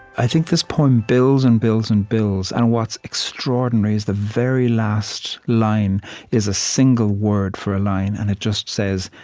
i think this poem builds and builds and builds. and what's extraordinary is the very last line. it is a single word for a line, and it just says,